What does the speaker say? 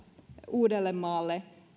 uudellemaalle